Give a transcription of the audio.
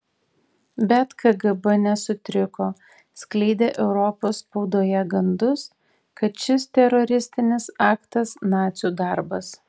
bet kgb nesutriko skleidė europos spaudoje gandus kad šis teroristinis aktas nacių darbas